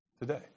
Today